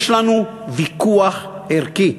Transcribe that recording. יש לנו ויכוח ערכי.